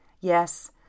Yes